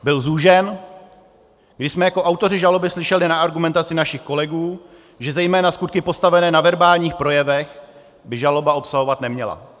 Byl zúžen, když jsme jako autoři žaloby slyšeli argumentaci našich kolegů, že zejména skutky postavené na verbálních projevech by žaloba obsahovat neměla.